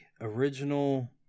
original